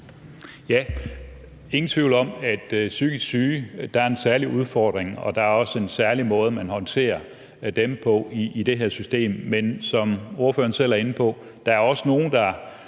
forbindelse med psykisk syge er en særlig udfordring, og der er også en særlig måde, man håndterer dem på i det her system. Men som ordføreren selv er inde på, er der også nogle, der